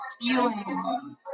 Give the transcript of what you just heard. feeling